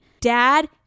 dad